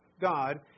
God